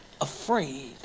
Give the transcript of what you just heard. afraid